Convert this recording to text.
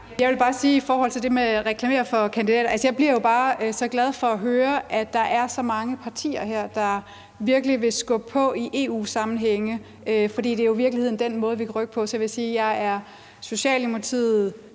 jeg bare bliver så glad for at høre, at der er så mange partier her, der virkelig vil skubbe på i EU-sammenhæng, for det er jo i virkeligheden den måde, vi kan rykke på. Og hvis vi er Socialdemokratiet,